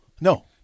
No